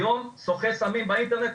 היום סוחרי סמים הם באינטרנט,